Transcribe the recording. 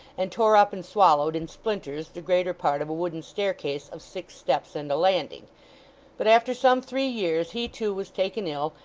and tore up and swallowed, in splinters, the greater part of a wooden staircase of six steps and a landing but after some three years he too was taken ill,